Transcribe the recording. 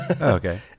okay